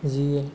যিয়ে